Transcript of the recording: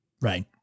right